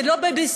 זה לא בייביסיטר,